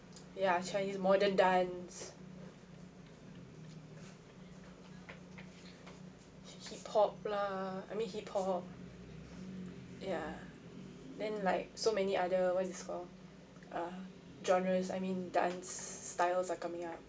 ya chinese modern dance hip hop lah I mean hip hop ya then like so many other what's this called uh genres I mean dance styles are coming up